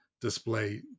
display